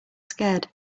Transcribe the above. scared